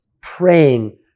praying